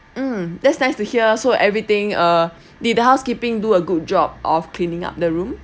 mm that's nice to hear so everything uh did the housekeeping do a good job of cleaning up the room